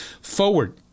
Forward